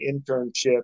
internship